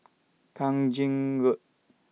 Kang Ching Road